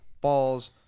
balls